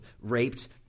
Raped